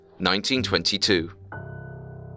1922